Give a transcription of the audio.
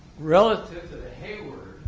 relative to the hayward,